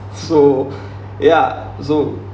so ya so